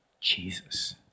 Jesus